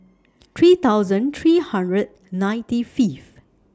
three thousand three hundred ninety Fifth